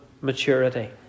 maturity